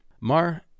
Mar